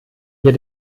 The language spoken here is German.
hier